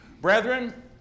Brethren